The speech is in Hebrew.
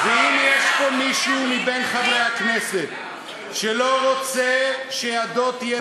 ואם יש פה מישהו מבין חברי הכנסת שלא רוצה שידו תהיה במעל הזה,